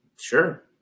Sure